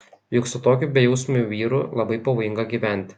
juk su tokiu bejausmiu vyru labai pavojinga gyventi